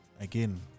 again